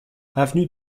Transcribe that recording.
avenue